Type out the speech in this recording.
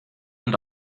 and